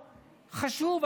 חשוב,